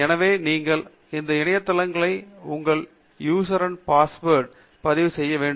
எனவே நீங்கள் இந்த இணையதளங்களை உங்கள் யூசர் நேம் அண்ட் பாஸ்வேர்டு பதிவு செய்ய வேண்டும்